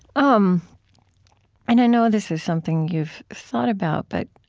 um and i know this is something you've thought about, but